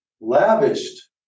lavished